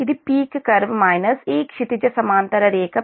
ఇది peak curve minus ఈ క్షితిజ సమాంతర రేఖPi